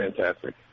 fantastic